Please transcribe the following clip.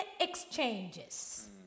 exchanges